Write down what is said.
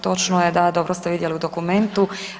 Točno je da, dobro ste vidjeli u dokumentu.